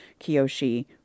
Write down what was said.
Kyoshi